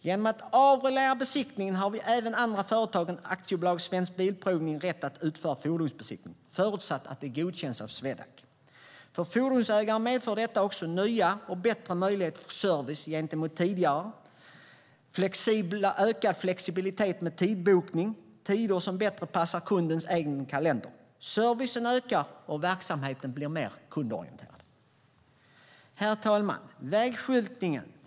Genom att avreglera bilbesiktningen har i dag även andra företag än AB Svensk Bilprovning rätt att utföra fordonsbesiktning, förutsatt att de godkänns av Swedac. För fordonsägare medför detta också nya och bättre möjligheter för service gentemot tidigare och ökad flexibilitet med bokning av tider som bättre passar kundens egen kalender. Servicen ökar, och verksamheten blir mer kundorienterad. Herr talman! Jag ska också ta upp frågan om vägskyltningen.